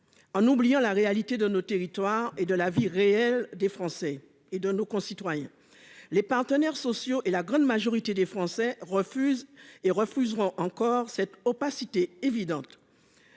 en oubliant la réalité de nos territoires et de la vie des Français, de nos concitoyens. Les partenaires sociaux et la grande majorité des Français refusent et refuseront encore cette opacité évidente.